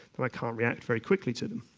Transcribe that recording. but i can't react very quickly to them.